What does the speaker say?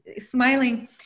smiling